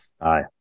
Aye